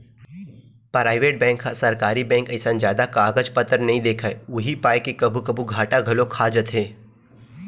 private bank ह सरकारी bank असन जादा कागज पतर नइ देखय उही पाय के कभू कभू घाटा घलोक खा जाथे